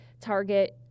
target